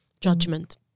Judgment